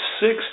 six